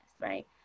right